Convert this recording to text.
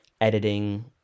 editing